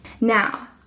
Now